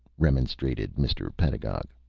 remonstrated mr. pedagog.